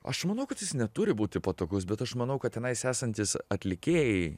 aš manau kad jis neturi būti patogus bet aš manau kad tenais esantys atlikėjai